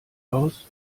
aus